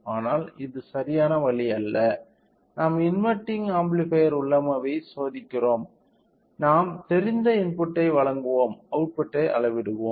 ஆனால் இது சரியான வழி அல்ல நாம் இன்வெர்டிங் ஆம்ப்ளிஃபையர் உள்ளமைவை சோதிக்கிறோம் நாம் தெரிந்த இன்புட்டை வழங்குவோம் அவுட்புட்டை அளவிடுவோம்